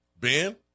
Ben